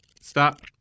Stop